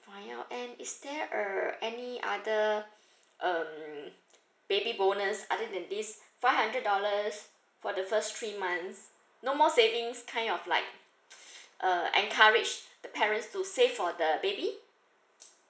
find out and is there uh any other um baby bonus other than this five hundred dollars for the first three months no more savings kind of like uh encourage the parents to save for the baby